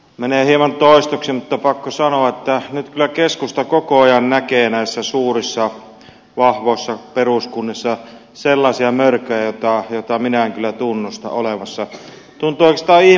menee hieman toistoksi mutta on pakko sanoa että nyt kyllä keskusta koko ajan näkee näissä suurissa vahvoissa peruskunnissa sellaisia mörköjä joita minä en kyllä tunnusta olevan olemassa